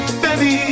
baby